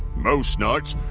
most nights,